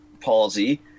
palsy